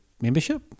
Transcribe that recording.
membership